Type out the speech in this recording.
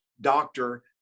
doctor